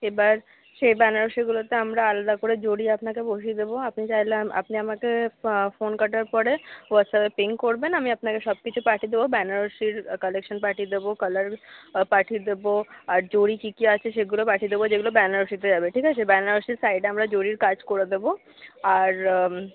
এবার সেই বেনারসিগুলোতে আমরা আলাদা করে জরি আপনাকে বসিয়ে দেবো আপনি চাইলে আপনি আমাকে ফোন কাটার পরে হোয়াটসঅ্যাপে পিং করবেন আমি আপনাকে সবকিছু পাঠিয়ে দেবো বেনারসির কালেকশান পাঠিয়ে দেবো কালার পাঠিয়ে দেবো আর জরি কি কি আছে সেগুলো পাঠিয়ে দেবো যেগুলো বেনারসিতে যাবে ঠিক আছে বেনারসির সাইডে আমরা জরির কাজ করে দেবো আর